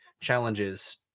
challenges